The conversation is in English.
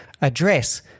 address